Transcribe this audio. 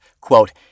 quote